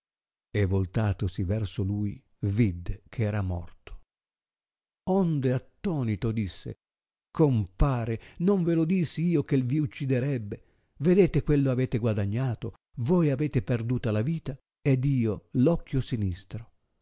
e voltatosi verso lui vidde che era morto onde attonito disse compare non ve lo dissi io che vi ucciderebbe vedete quello avete guadagnato voi avete perduta la vita ed io l'occhio sinistro